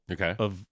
Okay